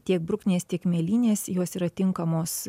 tiek bruknės tiek mėlynės jos yra tinkamos